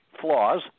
flaws